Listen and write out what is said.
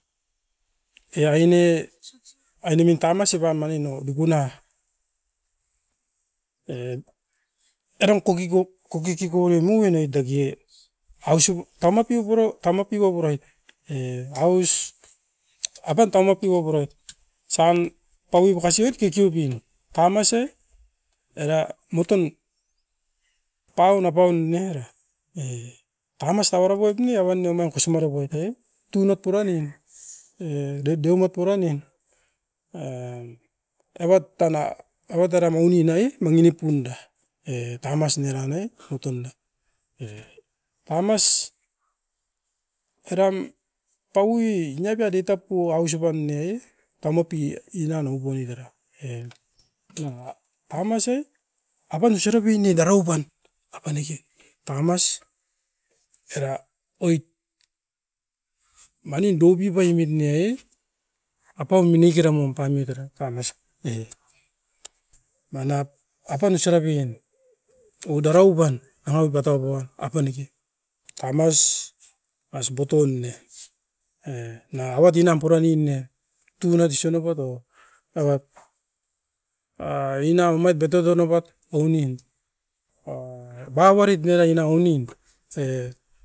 E ain ne ainemin tamas ipan manin nou bikuna e eran kokiko, kokikiko nimuin ai takie, aisu tamapi poro, tamapi waburait. E aus apan taumapi waburoit osan paui bakasiot kekeoubin, tamas e era moton paun apaunn era ei. Takamas tauara poit ne omain no kosingare poit a e tunat puranin, e deumat puranin evat tan a, evat era mounin ai e manginip unda. E tamas nerannoi putunda, e tamas eram taui niapia ditap pu ausipan nea e taumapi inan oupomit era. E nanga tamas ai apan surapini darau pan apaneke tamas era oit, manin dobi paimit nei- e apaun minikeramum painoit era tamas e. Manap apan isurapin oudarau pan nanga pipatau pouan apaneke. Taumas mas butun ne e nanga awat inam puranin ne, tunat isunapat o manap a ina pumait biatoto noupat ounin. A bauarit nerai na ounin, e.